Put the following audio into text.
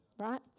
right